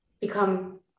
become